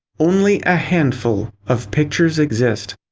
only a handful of pictures exist.